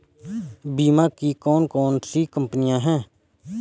बीमा की कौन कौन सी कंपनियाँ हैं?